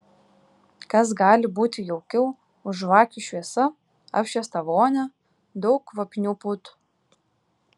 kas gali būti jaukiau už žvakių šviesa apšviestą vonią daug kvapnių putų